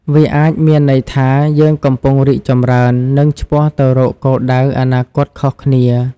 វាអាចមានន័យថា យើងកំពុងរីកចម្រើន និងឆ្ពោះទៅរកគោលដៅអនាគតខុសគ្នា។